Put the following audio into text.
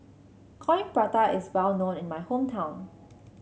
Coin Prata is well known in my hometown